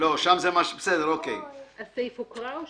הסעיף הוקרא?